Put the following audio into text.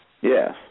Yes